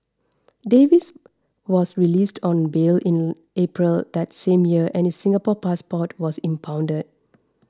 Davies was released on bail in April that same year and his Singapore passport was impounded